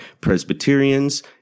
Presbyterians